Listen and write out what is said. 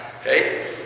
Okay